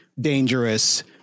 dangerous